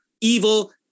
evil